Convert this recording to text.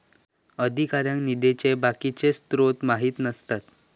अधिकाऱ्यांका निधीचे बाकीचे स्त्रोत माहित नसतत